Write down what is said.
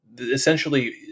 essentially